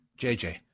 JJ